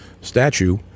statue